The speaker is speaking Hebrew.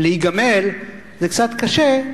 להיגמל, זה קצת קשה.